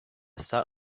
sat